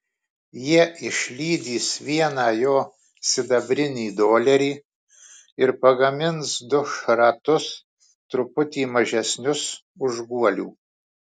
jie išlydys vieną jo sidabrinį dolerį ir pagamins du šratus truputį mažesnius už guolių